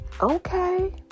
okay